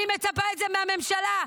אני מצפה לזה מהממשלה,